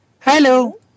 hello